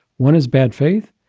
one is bad faith.